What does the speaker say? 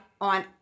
on